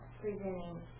presenting